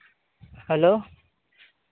hello